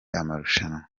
amarushanwa